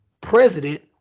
president